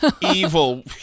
evil